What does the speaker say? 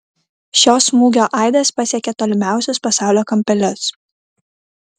šio smūgio aidas pasiekė tolimiausius pasaulio kampelius